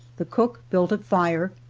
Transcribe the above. the cook built a fire,